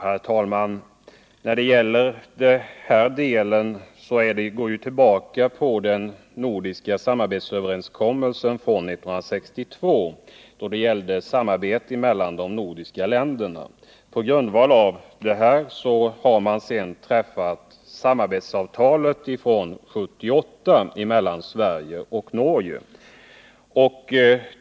Herr talman! Den här delen baserar sig ju på överenskommelsen år 1962 om samarbete mellan de nordiska länderna. På grundval av denna överenskommelse träffades 1978 ett samarbetsavtal mellan Sverige och Norge.